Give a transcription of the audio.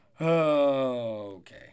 Okay